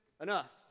enough